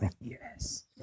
Yes